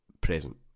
present